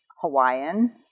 Hawaiian